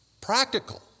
practical